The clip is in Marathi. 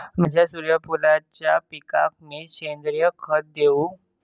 माझ्या सूर्यफुलाच्या पिकाक मी सेंद्रिय खत देवू?